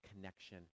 connection